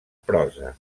prosa